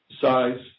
size